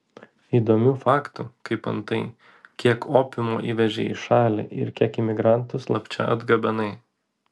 įdomių faktų kaip antai kiek opiumo įvežei į šalį ir kiek imigrantų slapčia atgabenai